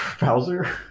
Bowser